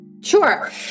Sure